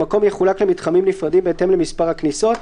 המקום יחולק למתחמים נפרדים בהתאם למספר הכניסות,